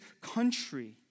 country